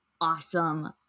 awesome